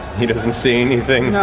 he doesn't see anything.